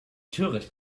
töricht